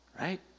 right